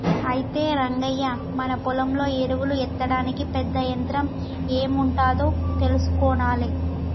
అయితే రంగయ్య మన పొలంలో ఎరువులు ఎత్తడానికి పెద్ద యంత్రం ఎం ఉంటాదో తెలుసుకొనాలే